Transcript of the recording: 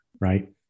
right